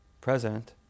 president